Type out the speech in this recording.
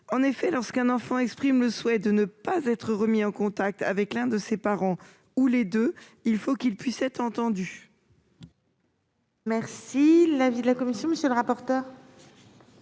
En effet, quand un enfant exprime le souhait de ne pas être remis en contact avec l'un de ses parents, ou les deux, il faut qu'il puisse être entendu. Quel est l'avis de la commission ? Nous sommes tout à